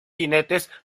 jinetes